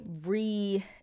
re-